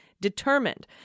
determined